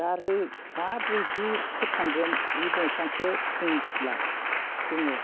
दा आरो माबोरैदि फोथांगोन बे दंफांखौ जों मिथिला जोङो